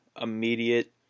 immediate